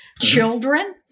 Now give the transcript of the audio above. children